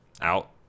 out